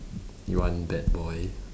you want bad boy